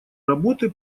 работы